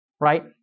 right